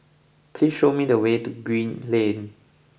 please show me the way to Green Lane